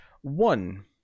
one